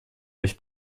mich